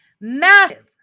massive